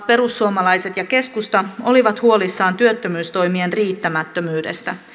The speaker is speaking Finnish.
perussuomalaiset ja keskusta olivat huolissaan työttömyystoimien riittämättömyydestä